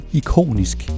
ikonisk